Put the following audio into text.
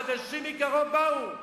חדשים מקרוב באו.